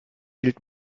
hielt